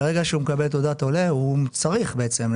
ברגע שהוא מקבל תעודת עולה הוא צריך בעצם.